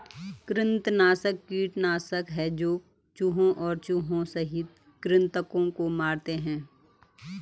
कृंतकनाशक कीटनाशक है जो चूहों और चूहों सहित कृन्तकों को मारते है